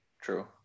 true